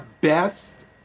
best